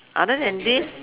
other than this